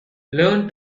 learn